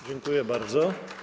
Dziękuję bardzo.